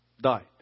died